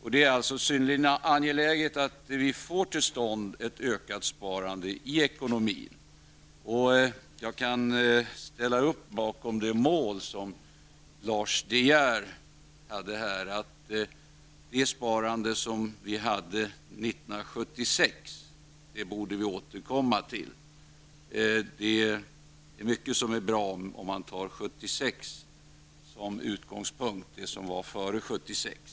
Det är alltså synnerligen angeläget att vi får till stånd ett ökat sparande i ekonomin. Jag kan ställa upp bakom det mål som Lars de Geer har, nämligen att vi borde återkomma till det sparande som vi hade 1976. Det är mycket som är bra om man tar 1976 som utgångspunkt, dvs. det som var före 1976.